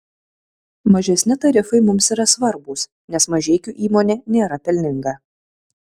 mažesni tarifai mums yra svarbūs nes mažeikių įmonė nėra pelninga